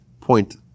point